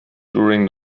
during